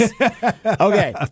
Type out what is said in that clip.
Okay